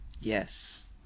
Yes